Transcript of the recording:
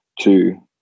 two